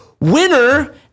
winner